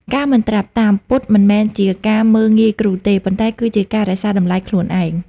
ការមិនត្រាប់តាម «ពុត» មិនមែនជាការមើលងាយគ្រូទេ ប៉ុន្តែគឺជាការរក្សាតម្លៃខ្លួនឯង។